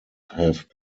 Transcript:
have